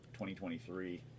2023